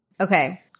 Okay